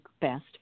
best